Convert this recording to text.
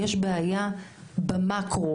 יש בעיה במקרו,